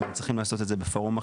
אם הם צריכים לעשות את זה בפורום אחר,